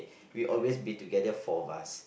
we always be together four of us